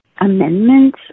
amendment